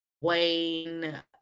Wayne